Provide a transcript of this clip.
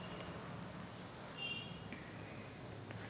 संत्रा, मोसंबीवर फवारा माराले कोनचा पंप चांगला रायते?